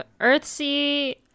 Earthsea